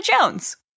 Jones